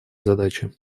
задачи